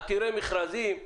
עתירי מכרזים,